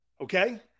Okay